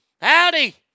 Howdy